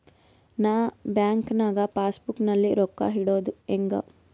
ನಾ ಬ್ಯಾಂಕ್ ನಾಗ passbook ನಲ್ಲಿ ರೊಕ್ಕ ಇಡುದು ಹ್ಯಾಂಗ್?